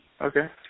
Okay